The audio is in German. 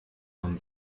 von